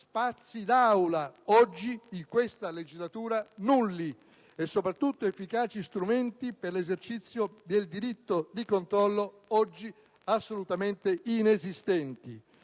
spazi di Aula, oggi, in questa legislatura nulli, e soprattutto efficaci strumenti per l'esercizio del diritto di controllo, oggi assolutamente inesistenti.